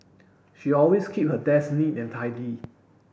she always keep her desk neat and tidy